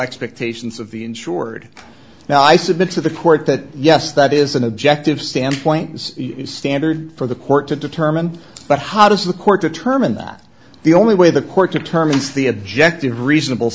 expectations of the insured now i submit to the court that yes that is an objective standpoint standard for the court to determine but how does the court determine that the only way the court determines the objective reasonable